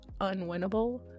unwinnable